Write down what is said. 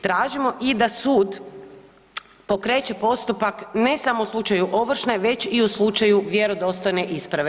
Tražimo i da sud pokreće postupak, ne samo u slučaju ovršne, već i u slučaju vjerodostojne isprave.